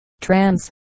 Trans